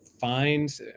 find